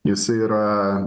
jisai yra